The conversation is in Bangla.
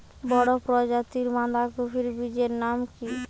বড় প্রজাতীর বাঁধাকপির বীজের নাম কি?